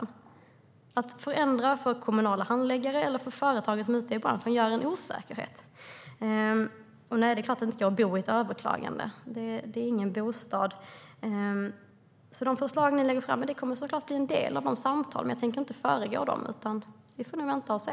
Att förändra för kommunala handläggare eller för företag i branschen ger en osäkerhet. Nej, det är klart att det inte går att bo i ett överklagande. Det är ingen bostad. De förslag som ni lägger fram kommer såklart att bli en del i samtalen, men jag tänker inte föregripa dem. Vi får nog vänta och se.